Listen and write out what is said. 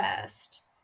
first